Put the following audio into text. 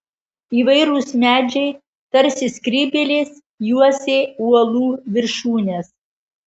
įvairūs medžiai tarsi skrybėlės juosė uolų viršūnes